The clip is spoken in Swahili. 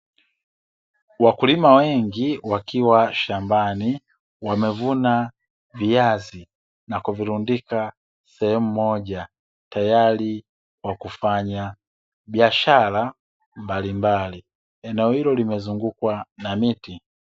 Wakulima wengi wakiwa shambani wamevuna viazi na kuvirundika sehemu moja tayari kwa kufanya biashara mbalimbali. Eneo hilo limezungukwa na miti.